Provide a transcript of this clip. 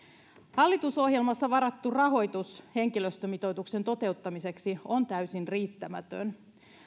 hallitusohjelmassa varattu rahoitus henkilöstömitoituksen toteuttamiseksi on täysin riittämätön